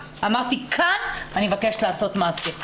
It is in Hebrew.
אמרתי כאן אני מבקשת לעשות מעשה.